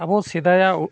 ᱟᱵᱚ ᱥᱮᱫᱟᱭᱟᱜ